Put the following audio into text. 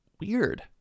weird